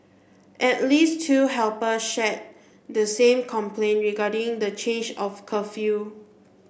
at least two helper shared the same complaint regarding the change of curfew